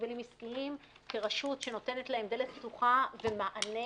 הגבלים עסקיים כרשות שנותנת להם דלת פתוחה ומענה